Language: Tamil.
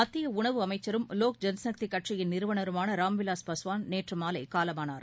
மத்திய உணவு அமைச்சரும் லோக் ஜனசக்தி கட்சியின் நிறுவனருமான ராம் விலாஸ் பாஸ்வான் நேற்று மாலை காலமானார்